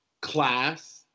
class